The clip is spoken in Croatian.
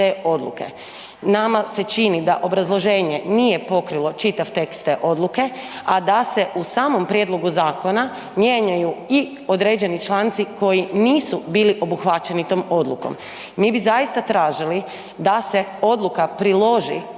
Nama se čini da obrazloženje nije pokrilo čitav tekst te odluke, a da se u samom prijedlogu zakona mijenjaju i određeni članci koji nisu bili obuhvaćeni tom odlukom. Mi bi zaista tražili da se odluka priloži